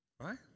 Right